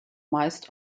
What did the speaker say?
meist